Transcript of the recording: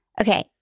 Okay